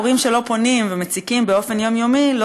הורים שלא פונים ומציקים באופן יומיומי לא